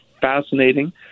fascinating